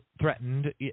threatened